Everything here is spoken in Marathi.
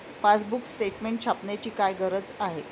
पासबुक स्टेटमेंट छापण्याची काय गरज आहे?